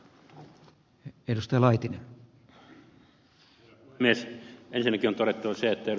ensinnäkin on todettava se että ed